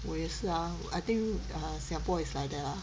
我也是啊 I think err Singapore is like that lah